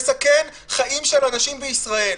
שמסכן חיים של אנשים בישראל.